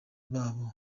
babo